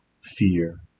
fear